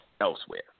elsewhere